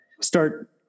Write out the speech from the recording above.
start